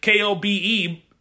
KOBE